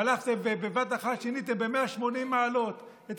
והלכתם ובבת אחת שיניתם ב-180 מעלות את